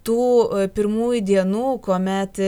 tų pirmųjų dienų kuomet